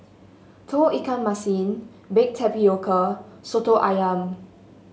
Tauge Ikan Masin Baked Tapioca soto ayam